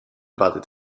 wartet